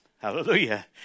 Hallelujah